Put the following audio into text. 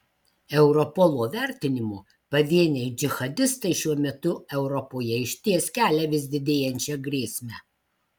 europolo vertinimu pavieniai džihadistai šiuo metu europoje išties kelia vis didėjančią grėsmę